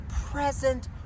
present